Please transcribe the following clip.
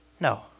No